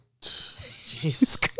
Jesus